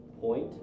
point